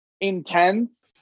intense